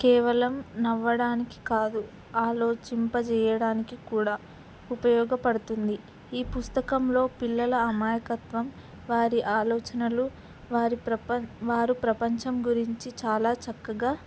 కేవలం నవ్వడానికి కాదు ఆలోచింపజేయడానికి కూడా ఉపయోగపడుతుంది ఈ పుస్తకంలో పిల్లల అమాయకత్వం వారి ఆలోచనలు వారి వారు ప్రపంచం గురించి చాలా చక్కగా